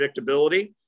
predictability